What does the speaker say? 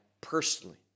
personally